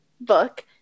book